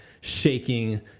shaking